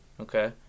Okay